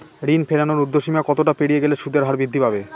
ঋণ ফেরানোর উর্ধ্বসীমা কতটা পেরিয়ে গেলে সুদের হার বৃদ্ধি পাবে?